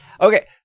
Okay